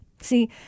See